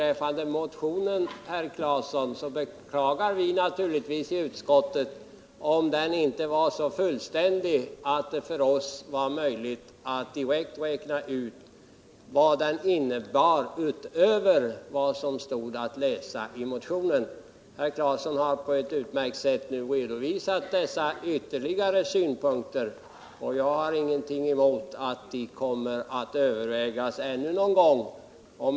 Naturligtvis beklagar vi i utskottet om motionen inte var så fullständig att det var möjligt för oss att direkt räkna ut vad den innebär utöver vad som stod att läsa i den. Herr Claeson har på ett utmärkt sätt nu redovisat dessa ytterligare synpunkter, och jag har ingenting emot att de kommer att övervägas ännu någon gång.